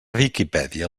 viquipèdia